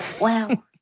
Wow